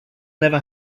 never